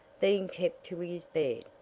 being kept to his bed.